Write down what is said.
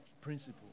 principle